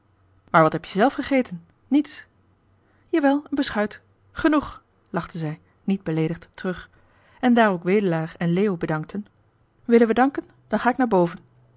maar wat heb je zelf gegeten niets jawel een beschuit genoeg lachte zij niet beleedigd terug en daar ook wedelaar en leo bedankten willen we danken dan ga ik naar boven